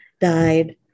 died